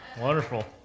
wonderful